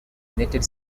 united